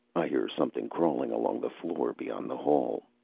i hear something crawling along the floor beyond the hall.